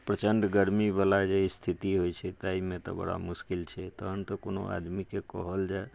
प्रचण्ड गरमी वाला जे स्थिति होइ छै ताहिमे तऽ बड़ा मुश्किल छै तहन तऽ कोनो आदमीके कहल जाय